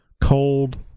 cold